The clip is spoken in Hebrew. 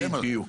בדיוק.